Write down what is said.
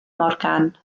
morgan